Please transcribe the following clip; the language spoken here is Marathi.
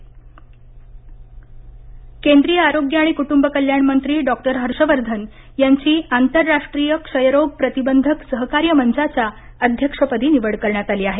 डॉक्टर हर्षवर्धन केंद्रीय आरोग्य आणि कुटुंब कल्याण मंत्री डॉक्टर हर्षवर्धन यांची आंतरराष्ट्रीय क्षयरोग प्रतिबंधक सहकार्य मंचाच्या अध्यक्षपदी निवड करण्यात आली आहे